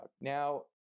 now